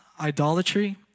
idolatry